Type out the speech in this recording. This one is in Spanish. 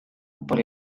por